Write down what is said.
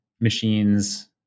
machines